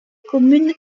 commune